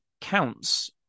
counts